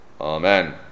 Amen